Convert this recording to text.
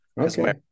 Okay